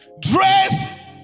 Dress